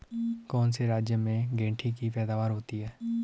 कौन से राज्य में गेंठी की पैदावार होती है?